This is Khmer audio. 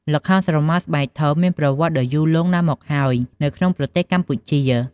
ល្ខោនស្រមោលស្បែកធំមានប្រវត្តិដ៏យូរលង់ណាស់មកហើយនៅក្នុងប្រទេសកម្ពុជា។